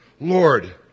Lord